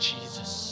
Jesus